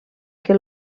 que